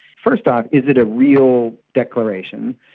first off, is it a real declaration,